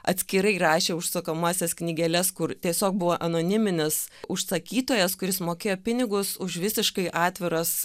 atskirai rašė užsakomąsias knygeles kur tiesiog buvo anoniminis užsakytojas kuris mokėjo pinigus už visiškai atviras